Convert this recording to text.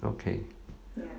okay